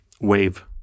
wave